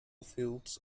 fields